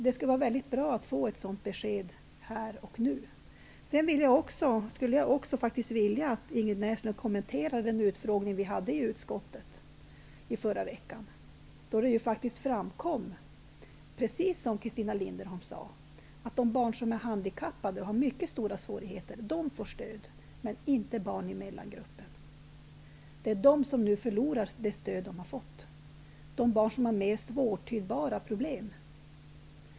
Det skulle vara bra att få ett besked om det här och nu. Jag vill också att Inger Näslund kommenterar utfrågningen i utskottet i förra veckan, då det framkom -- precis som Christina Linderholm sade -- att de barn som är handikappade och har mycket stora svårigheter får stöd, men att barn i mellangruppen, som har mer svårtydbara problem, nu förlorar det stöd som de tidigare har fått.